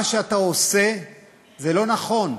מה שאתה עושה הוא לא נכון.